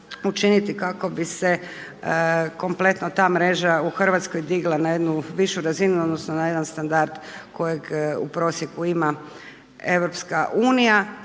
učiniti kako bi se kompletno ta mreža u Hrvatskoj digla na jednu višu razinu, odnosno na jedan standard kojeg u prosjeku ima EU.